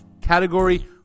category